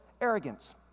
arrogance